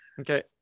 Okay